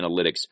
analytics